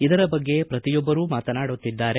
ಇದರ ಬಗ್ಗೆ ಪ್ರತಿಯೊಬ್ಲರೂ ಮಾತನಾಡುತ್ತಿದ್ದಾರೆ